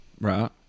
right